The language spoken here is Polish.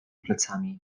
plecami